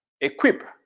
equip